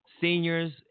seniors